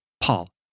Paul